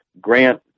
Grant